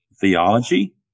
theology